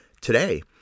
Today